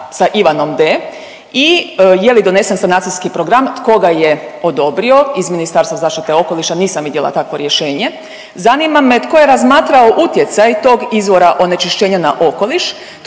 sa Ivanom D i je li donesen sanacijski program, tko ga je odobrio iz Ministarstva zaštite okoliša nisam vidjela takvo rješenje. Zanima me tko je razmatrao utjecaj tog izvora onečišćenja na okoliš,